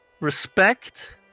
Respect